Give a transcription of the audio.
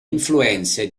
influenze